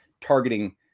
targeting